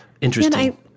interesting